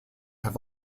have